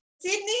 Sydney